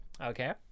Okay